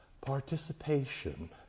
participation